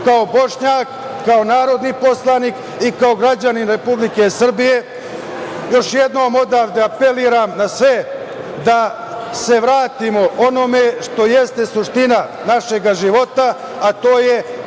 Bošnjak, kao narodni poslanik i kao građanin Republike Srbije još jednom odavde apelujem na sve da se vratimo onome što jeste suština našeg života, a to je